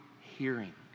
hearing